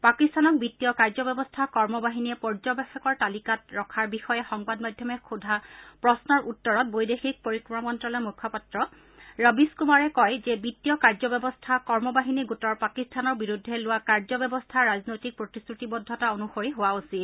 পাকিস্তানক বিত্তীয় কাৰ্য ব্যৱস্থা কৰ্ম বাহিনীয়ে পৰ্যবেক্ষকৰ তালিকাত ৰখাৰ বিষয়ে সংবাদ মাধ্যমে সোধা প্ৰশ্নৰ উত্তৰত বৈদেশিক পৰিক্ৰমা মন্ত্ৰালয়ৰ মুখপাত্ৰ ৰবিশ কুমাৰে কয় যে বিত্তীয় কাৰ্য ব্যৱস্থা কৰ্ম বাহিনী গোটৰ পাকিস্তানৰ বিৰুদ্ধে লোৱা কাৰ্য ব্যৱস্থা ৰাজনৈতিক প্ৰতিশ্ৰুতিবদ্ধতা অনুসৰি হোৱা উচিত